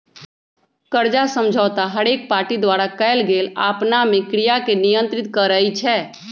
कर्जा समझौता हरेक पार्टी द्वारा कएल गेल आपनामे क्रिया के नियंत्रित करई छै